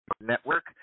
Network